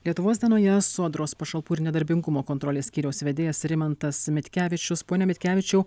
lietuvos dienoje sodros pašalpų ir nedarbingumo kontrolės skyriaus vedėjas rimantas mitkevičius pone mitkevičiau